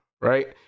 right